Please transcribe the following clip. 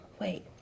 wait